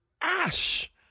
Ash